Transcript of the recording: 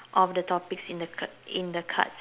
of the topics in the card in the cards